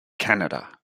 canada